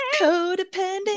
Codependent